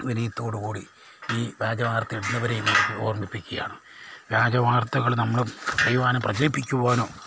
വിനയത്തോടുകൂടി ഈ വ്യാജവാർത്ത ഇടുന്നവരെ എല്ലാം ഓർമ്മിപ്പിക്കയാണ് വ്യാജവാർത്തകൾ നമ്മൾ പറയുവാനോ പ്രചരിപ്പിക്കുവാനോ